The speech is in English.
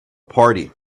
party